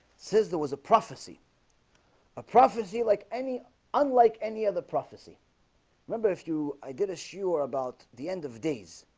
since there was a prophecy a prophecy like any unlike any other prophecy remember if you i did a sure about the end of days